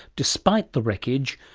despite the wreckage,